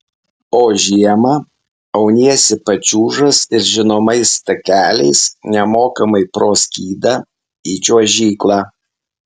o žiemą auniesi pačiūžas ir žinomais takeliais nemokamai pro skydą į čiuožyklą